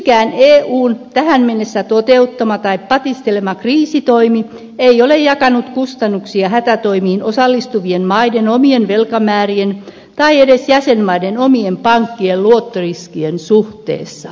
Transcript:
yksikään eun tähän mennessä toteuttama tai patistelema kriisitoimi ei ole jakanut kustannuksia hätätoimiin osallistuvien maiden omien velkamäärien tai edes jäsenmaiden omien pankkien luottoriskien suhteessa